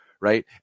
right